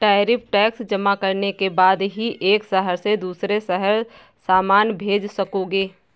tariff tax जमा करने के बाद ही एक शहर से दूसरे शहर सामान भेज सकोगे